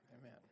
Amen